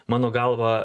mano galva